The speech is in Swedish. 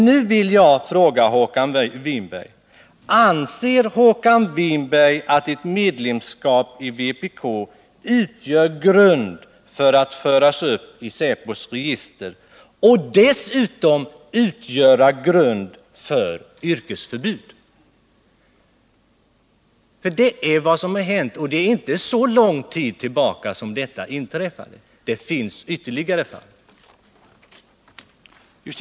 Nu vill jag fråga Håkan Winberg: Anser Håkan Winberg att ett medlemsskap i vpk utgör grund för att föras upp i säpos register och dessutom grund för yrkesförbud? Det är alltså vad som har hänt för inte så lång tid tillbaka. Det finns ytterligare 2 fall.